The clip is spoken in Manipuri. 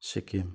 ꯁꯤꯀꯤꯝ